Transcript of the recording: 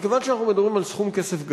אבל כיוון שאנחנו מדברים על סכום כסף גדול,